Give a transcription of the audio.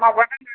माबा